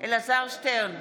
אלעזר שטרן,